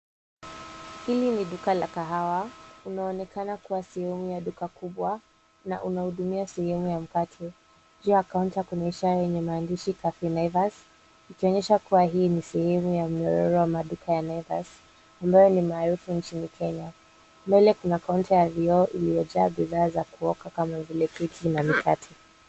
Hili ni duka la kahawa. Unaonekana kuwa sehemu wa duka kubwa na unahudumia sehemu ya mkate. Juu ya kaunta kuna ishara yenye maandishi Cafe Naivas ikionyesha kuwa hii ni sehemu ya mnyororo wa maduka ya Naivas ambyo ni maarufu nchini Kenya. Mbele kuna kaunta ya vioo iliyojaa bidhaa za kuoka kuoka kama vile keki na mikate.